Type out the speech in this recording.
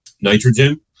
nitrogen